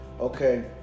okay